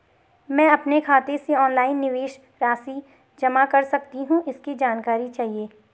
मैं अपने खाते से ऑनलाइन निवेश राशि जमा कर सकती हूँ इसकी जानकारी चाहिए?